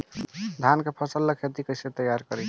धान के फ़सल ला खेती कइसे तैयार करी?